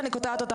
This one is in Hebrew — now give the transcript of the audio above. שאני קוטעת אותך,